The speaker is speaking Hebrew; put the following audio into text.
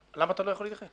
למה אתה לא יכול להתייחס?